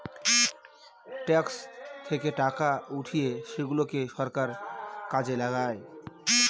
tax থেকে টাকা উঠিয়ে সেগুলাকে সরকার কাজে লাগায়